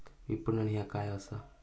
विपणन ह्या काय असा?